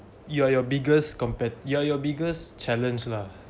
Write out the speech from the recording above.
you are your biggest compet~ you are your biggest challenge lah